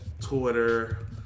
Twitter